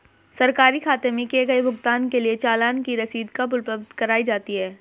सरकारी खाते में किए गए भुगतान के लिए चालान की रसीद कब उपलब्ध कराईं जाती हैं?